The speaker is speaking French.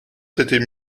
s’était